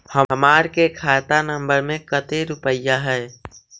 हमार के खाता नंबर में कते रूपैया है?